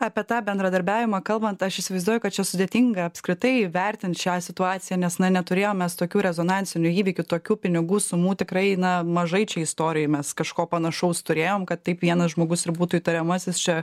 apie tą bendradarbiavimą kalbant aš įsivaizduoju kad čia sudėtinga apskritai vertinti šią situaciją nes neturėjom mes tokių rezonansinių įvykių tokių pinigų sumų tikrai na mažai čia istorijoj mes kažko panašaus turėjom kad taip vienas žmogus ir būtų įtariamasis čia